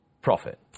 profit